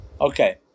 Okay